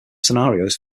scenarios